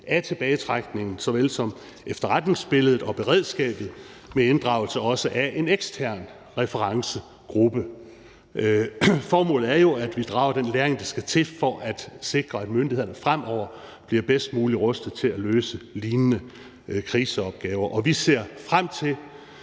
af tilbagetrækningen såvel som efterretningsbilledet og beredskabet med inddragelse af en ekstern referencegruppe også. Formålet er jo, at vi drager den læring, der skal til for at sikre, at myndighederne fremover bliver bedst muligt rustet til at løse lignende kriseopgaver, og vi ser frem til